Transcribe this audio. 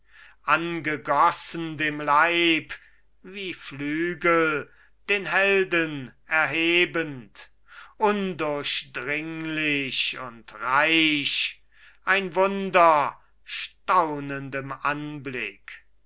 angegossen dem leib wie flügel den helden erhebend undurchdringlich und reich ein wunder staunendem anblick